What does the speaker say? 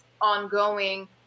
ongoing